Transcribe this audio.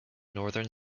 northern